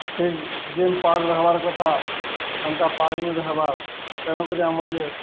ଠିକ୍ ଯେନ୍ ପାଗ୍ ରହେବାର୍ କଥା ସେନ୍ତା ପାଗ୍ ନି ରହେବାର୍ ତେଣୁକରି ଆମର୍ ଯେନ୍